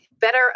better